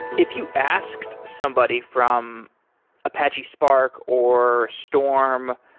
if you asked somebody from apache spark or storm,